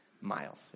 miles